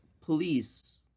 police